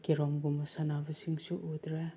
ꯀꯦꯔꯣꯝꯒꯨꯝꯕ ꯁꯥꯟꯅꯕꯁꯤꯡꯁꯨ ꯎꯗ꯭ꯔꯦ